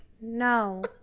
No